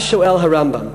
אז שואל הרמב"ם: